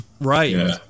Right